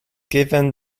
given